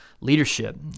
leadership